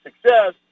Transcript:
success